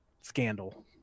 scandal